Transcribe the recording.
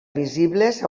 visibles